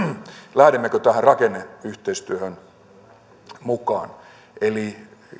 lähdemmekö tähän rakenneyhteistyöhön mukaan eli